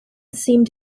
seemed